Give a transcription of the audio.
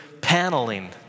paneling